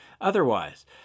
otherwise